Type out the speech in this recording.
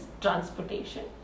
transportation